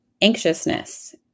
anxiousness